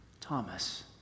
Thomas